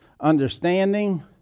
understanding